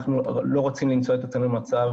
אנחנו לא רוצים למצוא את עצמנו במצב